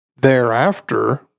Thereafter